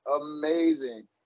Amazing